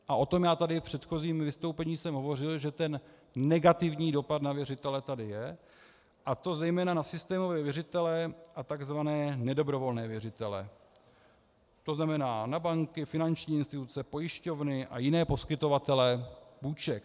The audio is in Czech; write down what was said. O tom jsem tady v předchozím vystoupení hovořil, že ten negativní dopad na věřitele tady je, a to zejména na systémové věřitele a tzv. nedobrovolné věřitele, to znamená na banky, finanční instituce, pojišťovny a jiné poskytovatele půjček.